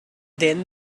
then